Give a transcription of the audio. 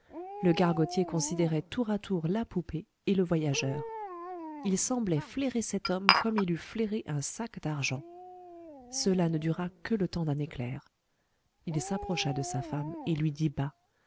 le gargotier considérait tour à tour la poupée et le voyageur il semblait flairer cet homme comme il eût flairé un sac d'argent cela ne dura que le temps d'un éclair il s'approcha de sa femme et lui dit bas